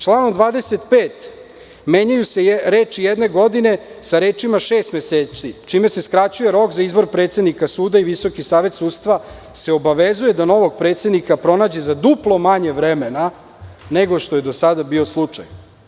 Članom 25. menjaju se reči - jedne godine, sa rečima - šest meseci, čime se skraćuje rok za izbor predsednika suda i Visoki savet sudstva se obavezuje da novog predsednika pronađe za duplo manje vremena nego što je do sada bio slučaj.